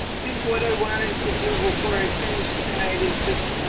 i think what i wanted to do before i finish tonight, is just,